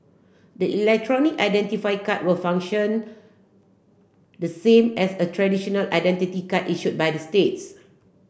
the electronic identity card will function the same as a traditional identity card issued by the states